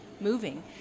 moving